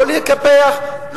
לא לקפח,